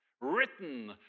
written